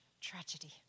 tragedy